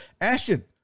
Ashton